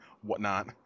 whatnot